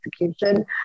execution